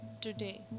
Today